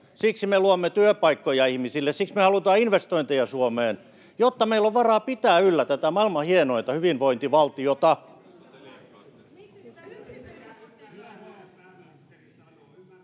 Siksi me luomme työpaikkoja ihmisille. Siksi me halutaan investointeja Suomeen, jotta meillä on varaa pitää yllä tätä maailman hienointa hyvinvointivaltiota.